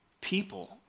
people